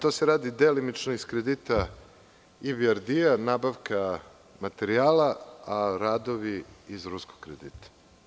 To se radi delimično iz kredita IBRD, nabavka materijala, a radovi iz ruskog kredita.